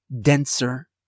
denser